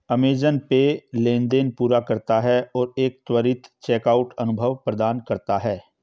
Amazon Pay लेनदेन पूरा करता है और एक त्वरित चेकआउट अनुभव प्रदान करता है